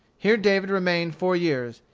here david remained four years,